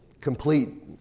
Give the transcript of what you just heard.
Complete